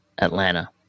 Atlanta